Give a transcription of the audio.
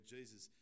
Jesus